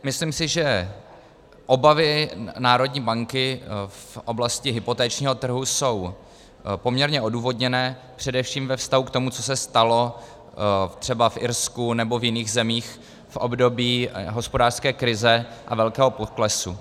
Myslím si, že obavy národní banky v oblasti hypotečního trhu jsou poměrně odůvodněné především ve vztahu k tomu, co se stalo třeba v Irsku nebo v jiných zemích v období hospodářské krize a velkého poklesu.